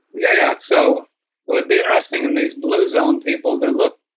yeah. yeah so it would be interesting in those blue zone people that look,